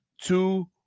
two